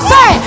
Say